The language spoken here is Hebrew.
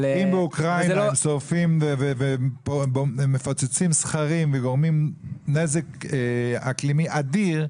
אם באוקראינה הם שורפים והם מפוצצים סכרים וגורמים נזק אקלימי אדיר,